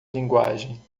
linguagem